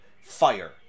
fire